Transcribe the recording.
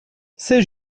c’est